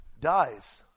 dies